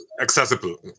accessible